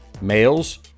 Males